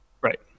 Right